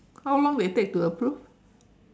how long they take to approve